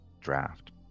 draft